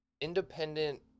independent